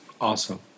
Awesome